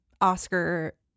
oscar